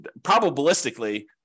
probabilistically